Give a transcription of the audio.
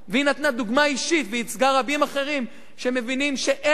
והיא נתנה דוגמה אישית וייצגה רבים אחרים שמבינים שאין